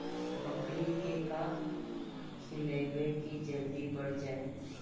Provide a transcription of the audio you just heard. बकरी के का खिलैबै कि जल्दी बढ़ जाए?